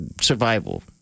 survival